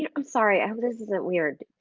you know i'm sorry this isn't weird,